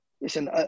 listen